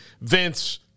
Vince